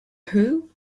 who